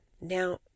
Now